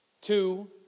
Two